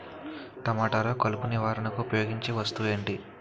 టమాటాలో కలుపు నివారణకు ఉపయోగించే వస్తువు ఏంటి?